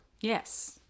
Yes